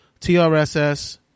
trss